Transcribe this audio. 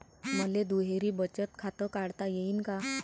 मले दुहेरी बचत खातं काढता येईन का?